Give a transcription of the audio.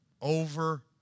over